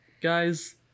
Guys